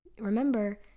remember